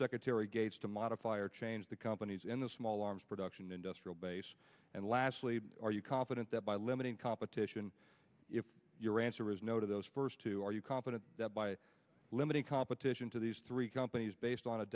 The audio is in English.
secretary gates to modify or change the company's in the small arms production industrial base and lastly are you confident that by limiting competition if your answer is no to those first two are you confident that by limiting competition to these three companies based on a